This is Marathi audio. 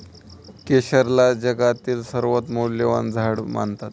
केशरला जगातील सर्वात मौल्यवान झाड मानतात